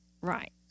Right